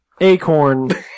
acorn